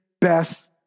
best